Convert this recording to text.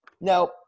Now